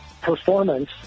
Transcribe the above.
performance